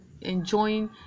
enjoying